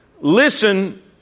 Listen